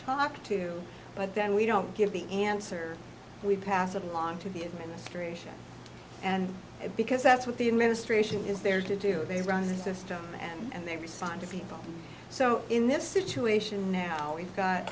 talk to but then we don't give the answer we pass along to the administration and because that's what the administration is there to do they run the system and they respond to people so in this situation now we've got